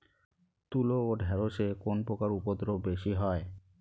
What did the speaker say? তুলো ও ঢেঁড়সে কোন পোকার উপদ্রব বেশি হয়?